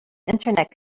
internet